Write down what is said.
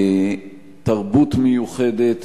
תרבות מיוחדת,